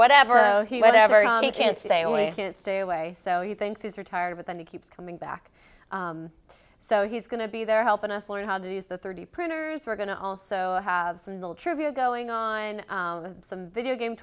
whatever he whatever he can't say only stay away so you think he's retired but then he keeps coming back so he's going to be there helping us learn how to use the thirty printers we're going to also have some little trivia going on some video game